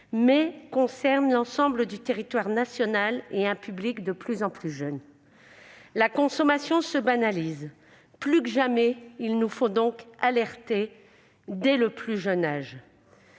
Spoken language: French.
mais il concerne l'ensemble du territoire national et un public de plus en plus jeune. La consommation se banalise. Il nous faut donc, plus que jamais, alerter dès le plus jeune âge.